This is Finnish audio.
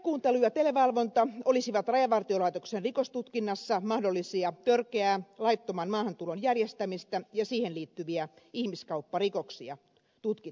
telekuuntelu ja televalvonta olisivat rajavartiolaitoksen rikostutkinnassa mahdollisia törkeää laittoman maahantulon järjestämistä ja siihen liittyviä ihmiskaupparikoksia tutkittaessa